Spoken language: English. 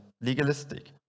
legalistic